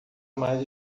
mais